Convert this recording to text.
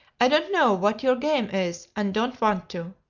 i don't know what your game is, and don't want to.